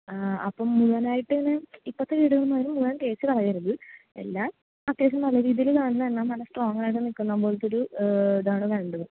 അപ്പം മുഴുവനായിട്ട് അങ്ങനെ ഇപ്പോഴത്തെ വീട് തേച്ച് കളയരുത് എല്ലാം അത്യാവശ്യം നല്ല രീതിയിൽ കാണുന്നതെല്ലാം നല്ല സ്ട്രോങ്ങായിട്ട് നിൽക്കുന്ന പോലെത്തൊരു ഇതാണ് വേണ്ടത്